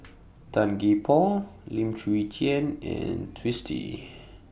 Tan Gee Paw Lim Chwee Chian and Twisstii